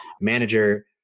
Manager